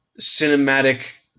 cinematic